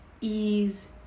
ease